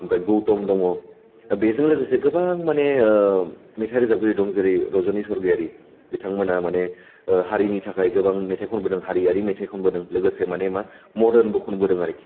ओमफ्राय गौतम दङ दा बेजों लोगोसे गोबां माने मेथाइ रोजाबगिरि दं जेरै रजनि सर्गियारि बिथांमोना माने हारिनि थाखाय गोबां मेथाइ खनबोदों हारियारि मेथाइ खनबोदों लोगोसे माने मा मडार्नबो खनबोदों आरोखि